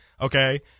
Okay